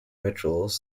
rituals